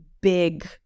big